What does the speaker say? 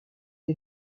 est